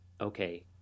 okay